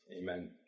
Amen